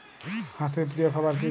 হাঁস এর প্রিয় খাবার কি?